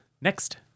Next